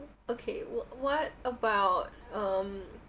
okay w~ what about um